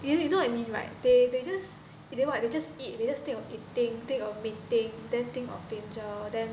you know I mean right they they just they what just eat they just still eating think of mating then think of danger then